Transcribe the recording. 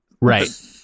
right